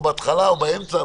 בהתחלה או באמצע,